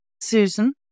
Susan